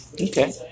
Okay